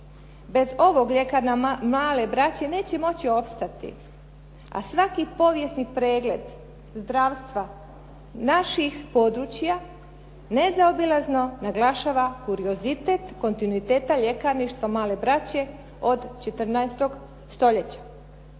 Bez ovog "Ljekarna male braće" neće moći opstati a svaki povijesni pregled zdravstva naših područja nezaobilazno naglašava kuriozitet kontinuiteta ljekarništva Male braće od 14. stoljeća.